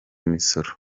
imisoro